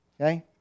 okay